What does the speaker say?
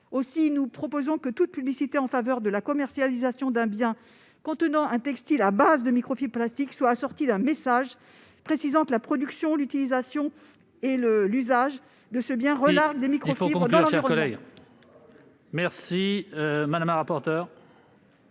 Nous proposons donc que toute publicité en faveur de la commercialisation d'un bien contenant un textile à base de microfibres plastiques soit assortie d'un message précisant que la production, l'utilisation et l'usage de ce bien « relarguent » des microfibres dans l'environnement.